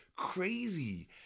crazy